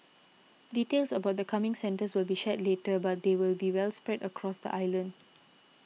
details about the coming centres will be shared later but they will be well spread out across the island